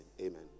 amen